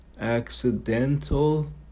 Accidental